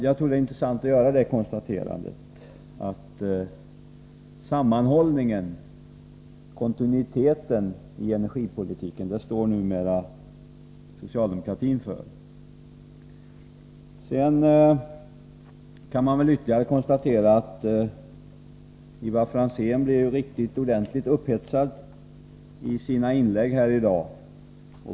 Jag tycker det är intressant att konstatera att sammanhållningen och kontinuiteten inom energipolitiken står numera socialdemokratin för. Sedan kan man konstatera ytterligare att Ivar Franzén blev riktigt ordentligt upphetsad i sina inlägg här i dag.